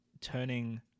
turning